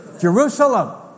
Jerusalem